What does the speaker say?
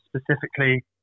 specifically